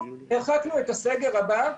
הרחקנו את הסגר הבא,